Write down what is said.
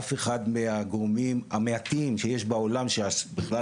אף אחד מהגורמים המעטים שיש בעולם שבכלל